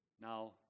Now